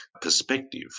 perspective